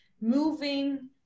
moving